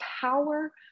power